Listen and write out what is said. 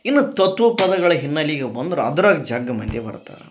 ಇನ್ನು ತತ್ವ ಪದಗಳ ಹಿನ್ನಲಿಗ ಬಂದ್ರ ಅದ್ರಾಗ ಜಗ್ಗಿ ಮಂದಿ ಬರ್ತಾರ